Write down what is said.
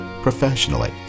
professionally